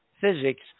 physics